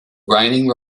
raining